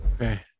Okay